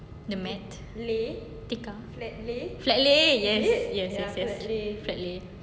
the mat tikar flat lay yes yes yes yes